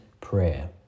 prayer